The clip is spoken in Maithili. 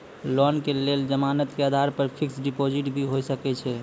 लोन के लेल जमानत के आधार पर फिक्स्ड डिपोजिट भी होय सके छै?